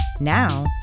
Now